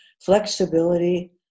flexibility